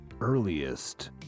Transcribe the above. earliest